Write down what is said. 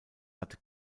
hatte